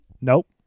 Nope